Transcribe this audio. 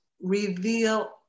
reveal